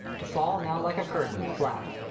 to fall now like a curtain, flap!